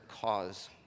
cause